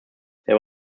there